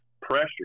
pressure